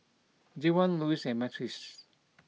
Javon Louis and Myrtice